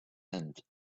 and